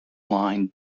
line